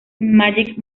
magic